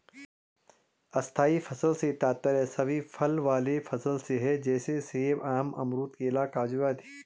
स्थायी फसल से तात्पर्य सभी फल वाले फसल से है जैसे सेब, आम, अमरूद, केला, काजू आदि